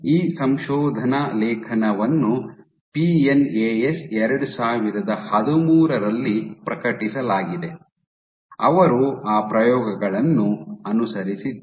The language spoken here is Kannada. ಈ ಸಂಶೋಧನಾ ಲೇಖನವನ್ನು ಪಿಎನ್ಎಎಸ್ 2013 ರಲ್ಲಿ ಪ್ರಕಟಿಸಲಾಗಿದೆ ಅವರು ಆ ಪ್ರಯೋಗಗಳನ್ನು ಅನುಸರಿಸಿದ್ದಾರೆ